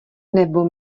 nebo